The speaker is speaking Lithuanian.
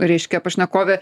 reiškia pašnekovė